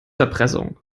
erpressung